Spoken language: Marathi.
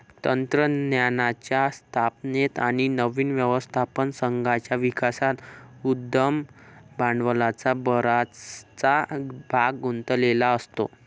तंत्रज्ञानाच्या स्थापनेत आणि नवीन व्यवस्थापन संघाच्या विकासात उद्यम भांडवलाचा बराचसा भाग गुंतलेला असतो